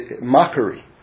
mockery